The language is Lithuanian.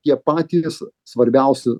tie patys svarbiausi